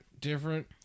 Different